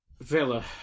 Villa